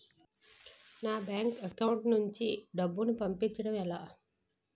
నా bank account నుంచి డబ్బును పంపించడం ఎలా?